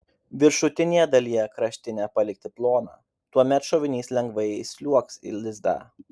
viršutinėje dalyje kraštinę palikti ploną tuomet šovinys lengvai įsliuogs į lizdą